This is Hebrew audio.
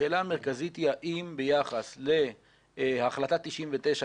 השאלה המרכזית היא האם ביחס להחלטה 99',